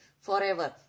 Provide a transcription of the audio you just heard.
forever